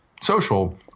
social